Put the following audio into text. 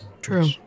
true